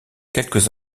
quelques